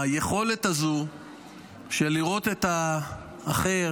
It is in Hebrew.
היכולת הזו לראות את האחר